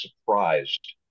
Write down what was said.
surprised